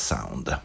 Sound